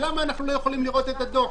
למה אנו לא יכולים לראות אותו?